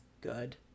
good